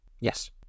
Yes